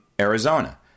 Arizona